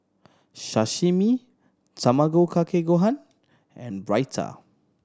Sashimi Tamago Kake Gohan and Raita